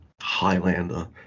Highlander